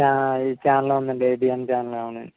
ఈ ఛానలు ఉందండి ABN channel అవునండి